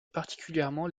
particulièrement